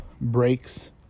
breaks